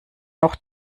noch